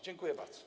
Dziękuję bardzo.